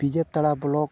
block